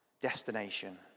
destination